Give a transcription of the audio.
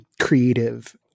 creative